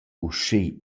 uschè